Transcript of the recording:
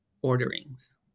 orderings